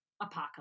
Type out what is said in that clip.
apocalypse